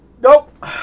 Nope